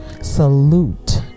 salute